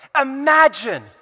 Imagine